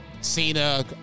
Cena